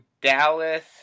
Dallas